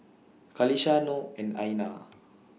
Qalisha Noh and Aina